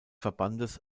verbandes